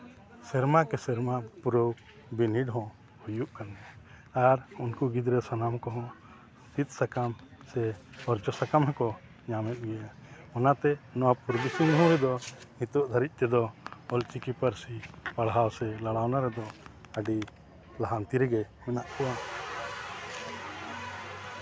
ᱥᱮᱨᱢᱟ ᱠᱮ ᱥᱮᱨᱢᱟ ᱯᱩᱨᱟᱹᱣ ᱵᱤᱱᱤᱰ ᱦᱚᱸ ᱦᱩᱭᱩᱜ ᱠᱟᱱᱟ ᱟᱨ ᱩᱱᱠᱩ ᱜᱤᱫᱽᱨᱟᱹ ᱥᱟᱱᱟᱢ ᱠᱚᱦᱚᱸ ᱥᱤᱫᱽ ᱥᱟᱠᱟᱢ ᱥᱮ ᱚᱨᱡᱚᱢ ᱥᱟᱠᱟᱢ ᱦᱚᱸᱠᱚ ᱧᱟᱢᱮᱫ ᱜᱮᱭᱟ ᱚᱱᱟᱛᱮ ᱱᱚᱣᱟ ᱯᱩᱨᱵᱤ ᱥᱤᱝᱵᱷᱩᱢ ᱫᱚ ᱱᱤᱛᱚᱜ ᱫᱷᱟᱹᱨᱤᱡ ᱛᱮᱫᱚ ᱚᱞ ᱪᱤᱠᱤ ᱯᱟᱹᱨᱥᱤ ᱯᱟᱲᱦᱟᱣ ᱥᱮ ᱞᱟᱲᱟᱣᱟᱱᱟᱜ ᱨᱮᱫᱚ ᱟᱹᱰᱤ ᱞᱟᱦᱟᱱᱛᱤ ᱨᱮᱜᱮ ᱢᱮᱱᱟᱜ ᱠᱚᱣᱟ